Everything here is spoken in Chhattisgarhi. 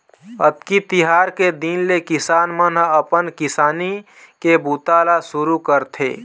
अक्ती तिहार के दिन ले किसान मन ह अपन किसानी के बूता ल सुरू करथे